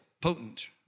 potent